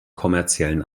kommerziellen